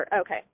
Okay